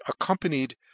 accompanied